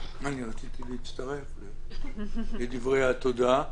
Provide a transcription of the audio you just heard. רציתי להצטרף לדברי התודה.